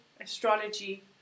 astrology